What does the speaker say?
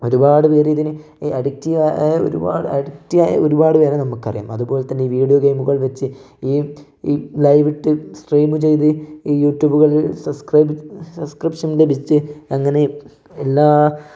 ഒരുപാട് പേര് ഇതിന് അഡിക്റ്റീവായ അഡിക്ടായ ഒരുപാട് പേരെ നമുക്ക് അറിയാം അതുപോലെത്തന്നെ ഈ വീഡിയോ ഗെയിമുകൾ വെച്ച് ഈ ഈ ലൈവിട്ട് സ്ട്രീം ചെയ്ത് ഈ യുട്യുബുകളിൽ സബ്സ്ക്രൈബ് സബ്സ്ക്രിപ്ഷൻ ലഭിച്ച് അങ്ങനെയും എല്ലാ